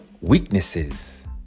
weaknesses